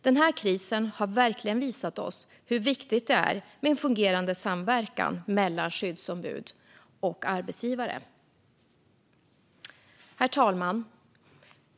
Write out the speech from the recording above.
Den här krisen har verkligen visat oss hur viktigt det är med en fungerande samverkan mellan skyddsombud och arbetsgivare. Herr talman!